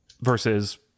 versus